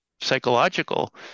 psychological